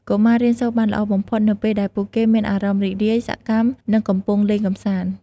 កុមាររៀនសូត្របានល្អបំផុតនៅពេលដែលពួកគេមានអារម្មណ៍រីករាយ សកម្ម និងកំពុងលេងកម្សាន្ត។